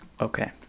Okay